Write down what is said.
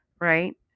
right